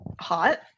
hot